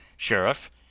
sheriff,